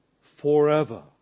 forever